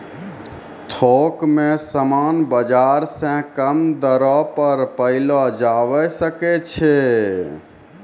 थोक मे समान बाजार से कम दरो पर पयलो जावै सकै छै